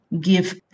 give